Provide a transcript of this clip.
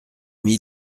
mis